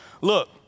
Look